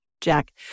Jack